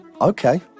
Okay